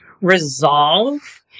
resolve